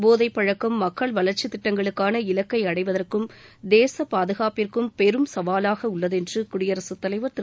போதை பழக்கம் மக்கள் வளர்ச்சித் திட்டங்களுக்கான இலக்கை அடைவதற்கும் தேச பாதுகாப்பிற்கும் பெரும் சவாலாக உள்ளது என்று குடியரசுத் தலைவர் திரு